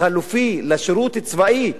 חלופי לשירות צבאי,